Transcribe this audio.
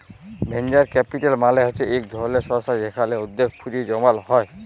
venture capital মালে হচ্যে ইক ধরলের সংস্থা যেখালে উদ্যগে পুঁজি জমাল হ্যয়ে